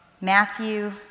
Matthew